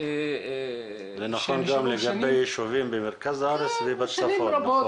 שנשארו שנים --- זה נכון גם לגבי יישובים במרכז הארץ ובצפון.